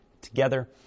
together